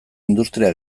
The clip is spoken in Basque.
industria